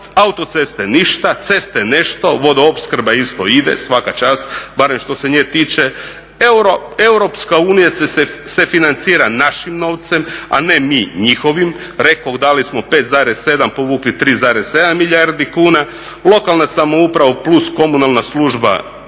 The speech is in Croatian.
autoceste ništa, ceste nešto, vodoopskrba isto ide svaka čast barem što se nje tiče, EU se financira našim novce, a ne mi njihovim. Rekoh dali smo 5,7 povukli 3,7 milijardi kuna. Lokalna samouprava plus komunalna služba